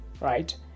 right